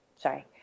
sorry